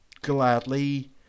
Gladly